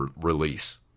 release